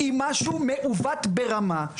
היא משהו מעוות ברמה.